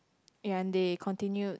ya and they continued